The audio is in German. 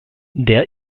der